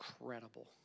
incredible